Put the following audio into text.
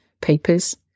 papers